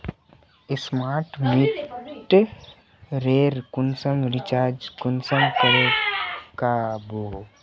Smart मीटरेर कुंसम recharge कुंसम करे का बो?